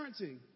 parenting